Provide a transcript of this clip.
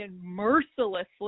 mercilessly